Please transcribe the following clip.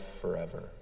forever